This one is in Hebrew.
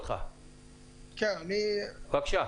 בבקשה.